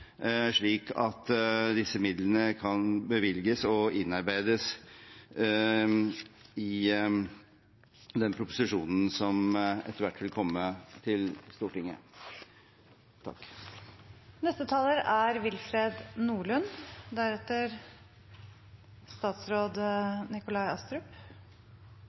slik at disse midlene kan bevilges og innarbeides i den proposisjonen som etter hvert vil komme til Stortinget. Jeg skal ikke gjenta alt som er